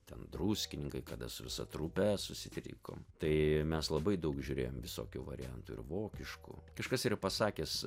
ten druskininkai kada su visa trupe susitikom tai mes labai daug žiūrėjom visokių variantų ir vokiškų kažkas yra pasakęs